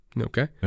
okay